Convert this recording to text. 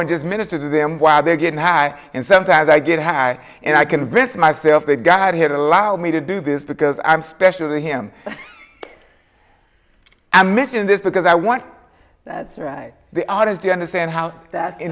and just minister to them while they're getting high and sometimes i get high and i convince myself they got here to allow me to do this because i'm special to him i'm missing this because i want that's right the audience to understand how that